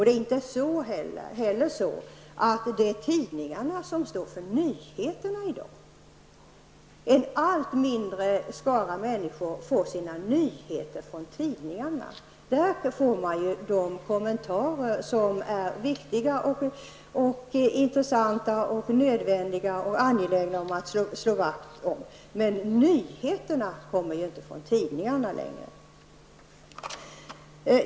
Det är inte heller främst tidningarna som står för nyheterna i dag. En allt mindre skala människor får sina nyheter från tidningarna. Där får man de kommentarer som är viktiga och intressanta och angelägna att slå vakt om.